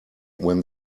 when